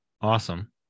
awesome